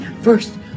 First